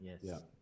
Yes